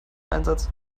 einsatz